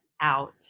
out